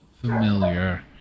familiar